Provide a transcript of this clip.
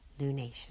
lunation